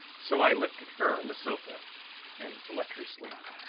so i lifted her on the sofa and let her sleep.